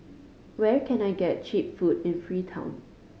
where can I get cheap food in Freetown